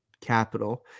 capital